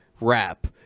rap